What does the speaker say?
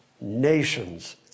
nations